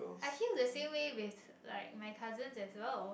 I feel the same way with like my cousins as well